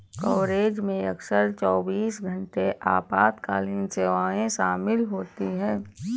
coverage में अक्सर चौबीस घंटे आपातकालीन सेवाएं शामिल होती हैं